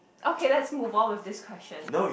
okay let's move on with this question